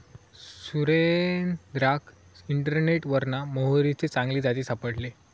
सुरेंद्राक इंटरनेटवरना मोहरीचे चांगले जाती सापडले